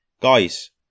guys